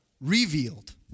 revealed